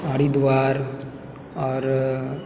हरिद्वार आओर